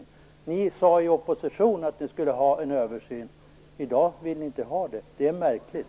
När ni socialdemokrater var i opposition sade ni att ni ville ha en översyn, men i dag vill ni inte ha det. Det är märkligt.